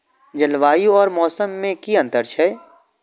जलवायु और मौसम में कि अंतर छै?